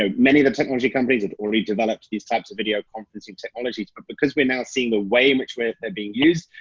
ah many of the technology companies have already developed these types of video conferencing technologies. but because we're now seeing the way in which they're being used,